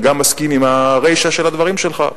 ואני גם מסכים עם הרישא של הדברים שלך: